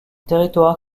territoire